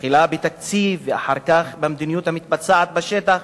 תחילה בתקציב ואחר כך במדיניות המתבצעת בשטח,